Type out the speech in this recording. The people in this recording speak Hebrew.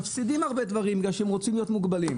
מפסידים הרבה דברים בגלל שהם רוצים להיות מוגבלים.